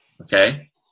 Okay